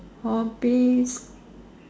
hobbies